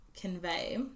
convey